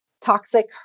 toxic